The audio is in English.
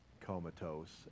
comatose